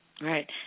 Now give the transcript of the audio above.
Right